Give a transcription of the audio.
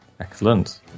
Excellent